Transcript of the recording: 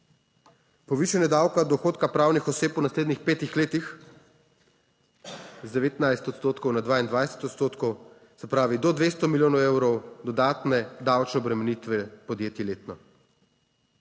Povišanje davka od dohodka pravnih oseb v naslednjih petih letih z 19 odstotkov na 22 odstotkov, se pravi do 200 milijonov evrov dodatne davčne obremenitve podjetij letno.